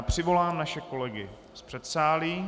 Přivolám naše kolegy z předsálí.